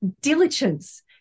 diligence